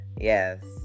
Yes